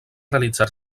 realitzar